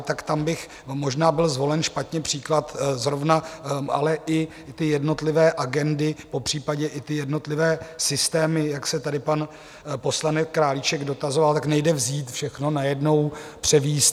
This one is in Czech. Tak tam bych... možná byl zvolen špatně příklad zrovna, ale i jednotlivé agendy, popřípadě i jednotlivé systémy, jak se tady pan poslanec Králíček dotazoval nejde vzít všechno najednou, převést.